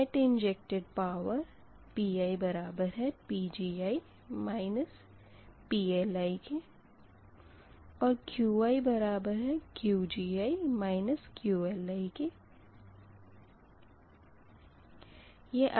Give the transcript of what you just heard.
तो net injected power PiPgi PLiऔर QiQgi QLi है